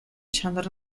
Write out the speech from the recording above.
чанар